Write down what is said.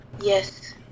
Yes